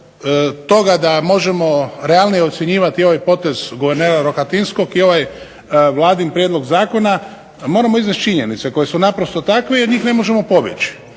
toga možemo realnije ocjenjivati ovaj potez guvernera Rohatinskog i ovaj vladin prijedlog zakona, moramo izvesti činjenice koje su naprosto takve jer od njih ne možemo pobjeći.